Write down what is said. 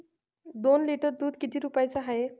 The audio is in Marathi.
दोन लिटर दुध किती रुप्याचं हाये?